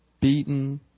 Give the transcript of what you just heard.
beaten